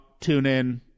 TuneIn